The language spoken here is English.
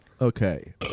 Okay